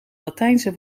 latijnse